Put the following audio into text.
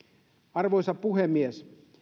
arvoisa puhemies